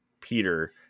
Peter